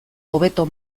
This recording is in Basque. hobeto